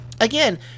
again